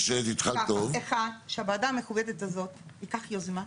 מבקשת, שהוועדה המכובדת הזאת תיקח יוזמה,